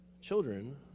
children